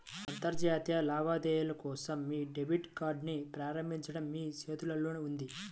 అంతర్జాతీయ లావాదేవీల కోసం మీ డెబిట్ కార్డ్ని ప్రారంభించడం మీ చేతుల్లోనే ఉంది